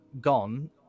gone